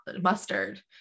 Mustard